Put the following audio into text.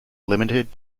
limited